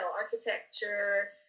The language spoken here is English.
architecture